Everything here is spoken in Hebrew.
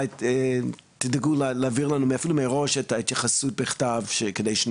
אולי כדאי שתדאגו להעביר אלינו ומוטב מראש,